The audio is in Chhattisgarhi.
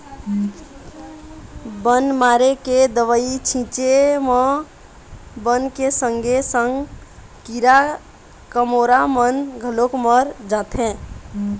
बन मारे के दवई छिंचे म बन के संगे संग कीरा कमोरा मन घलोक मर जाथें